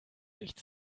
nicht